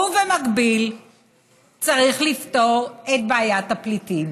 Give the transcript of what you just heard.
ובמקביל צריך לפתור את בעיית הפליטים.